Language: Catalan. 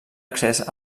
accés